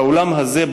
באולם הזה,